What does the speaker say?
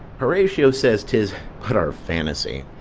horatio says tis but our fantasy,